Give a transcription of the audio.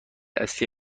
اصلی